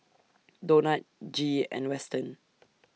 Donat Gee and Weston